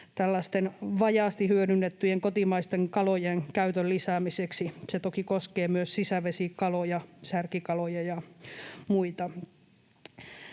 vajaasti hyödynnettyjen kotimaisten kalojen käytön lisäämiseksi. Se toki koskee myös sisävesikaloja, särkikaloja ja muita.